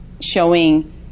showing